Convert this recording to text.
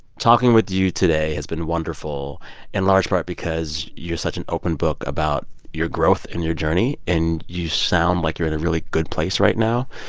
talking with you today has been wonderful in large part because you're such an open book about your growth and your journey. and you sound like you're in a really good place right now.